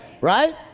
Right